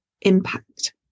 impact